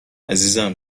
عزیزم